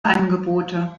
angebote